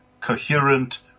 coherent